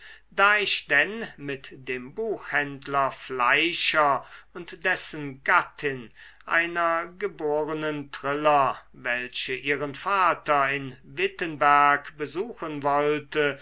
da ich denn mit dem buchhändler fleischer und dessen gattin einer geborenen triller welche ihren vater in wittenberg besuchen wollte